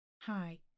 Hi